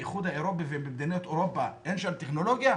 באיחוד האירופי ובמדינות אירופה אין טכנולוגיה?